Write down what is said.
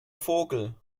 vogel